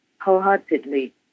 wholeheartedly